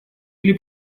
или